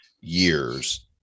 years